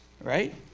Right